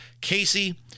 Casey